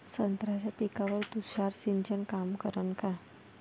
संत्र्याच्या पिकावर तुषार सिंचन काम करन का?